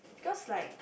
because like